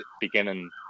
beginning